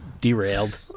Derailed